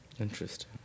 Interesting